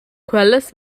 quellas